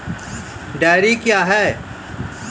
Dairy क्या हैं?